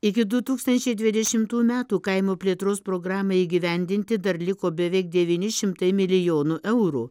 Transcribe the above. iki du tūkstantčiai dvidešimtų metų kaimo plėtros programai įgyvendinti dar liko beveik devyni šimtai milijonų eurų